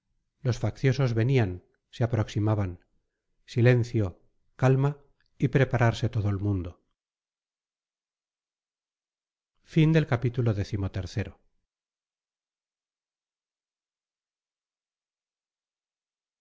los facciosos venían se aproximaban silencio calma y prepararse todo el mundo